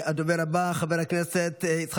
חברת הכנסת מירב